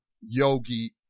Yogi